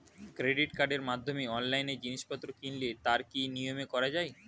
Credit কার্ডের মাধ্যমে অনলাইনে জিনিসপত্র কিনলে তার কি নিয়মে করা যায়?